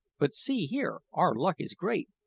but see here, our luck is great.